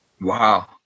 Wow